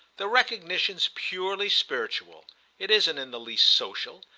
the recognition's purely spiritual it isn't in the least social.